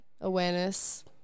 Awareness